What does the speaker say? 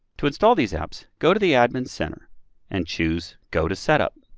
to install these apps, go to the admin center and choose go to setup.